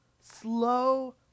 slow